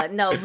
no